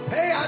Hey